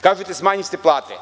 Kažete – smanjili ste plate.